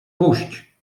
puść